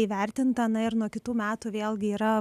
įvertinta na ir nuo kitų metų vėlgi yra